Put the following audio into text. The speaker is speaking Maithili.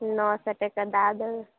नओ सए टके दय देबै